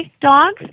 dogs